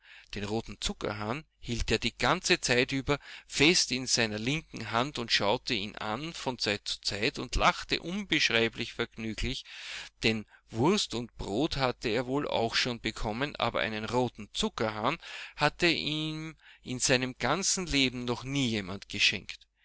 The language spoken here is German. den roten zuckerhahn hielt er die ganze zeit über fest mit seiner linken hand und schaute ihn an von zeit zu zeit und lachte unbeschreiblich vergnüglich denn wurst und brot hatte er wohl auch schon bekommen aber einen roten zuckerhahn hatte ihm in seinem ganzen leben noch nie jemand geschenkt